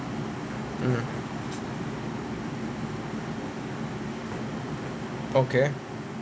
mmhmm okay